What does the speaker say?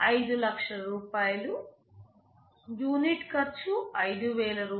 5 లక్షలు యూనిట్ ఖర్చు రూ